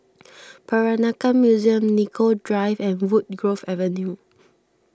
Peranakan Museum Nicoll Drive and Woodgrove Avenue